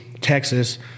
Texas